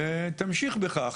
וביקשתי שימשיך בכך.